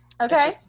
Okay